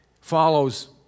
follows